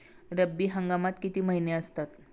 रब्बी हंगामात किती महिने असतात?